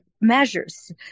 measures